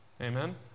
amen